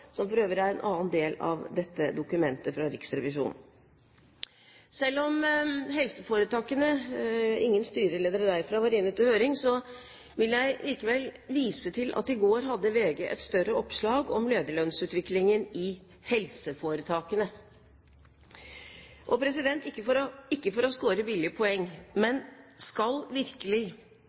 som for øvrig er en annen del av dette dokumentet fra Riksrevisjonen. Selv om ingen styreledere fra helseforetakene var inne til høring, vil jeg likevel vise til at VG i går hadde et større oppslag om lederlønnsutviklingen i helseforetakene. Ikke for å score billige poenger, men skal virkelig